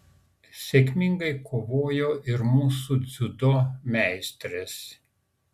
sėkmingai kovojo ir mūsų dziudo meistrės